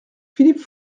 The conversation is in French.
philippe